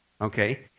Okay